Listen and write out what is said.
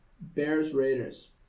Bears-Raiders